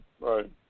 right